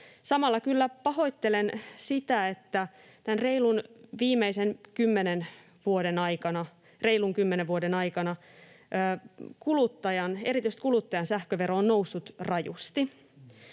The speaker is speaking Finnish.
Samalla kyllä pahoittelen sitä, että viimeisen reilun kymmenen vuoden aikana erityisesti kuluttajan sähkövero on noussut rajusti.